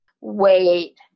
Wait